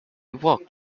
walked